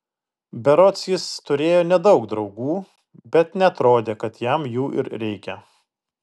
berods jis turėjo nedaug draugų bet neatrodė kad jam jų ir reikia